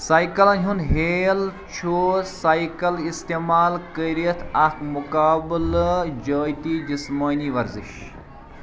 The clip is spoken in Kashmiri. سایكلن ہُِندہیل چھُ سایكل اِستعمال كٔرِتھ اكھ مُقابلہٕ جٲتی جِسمٲنی ورزِش